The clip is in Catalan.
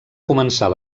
començar